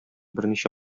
берничә